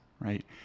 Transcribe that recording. right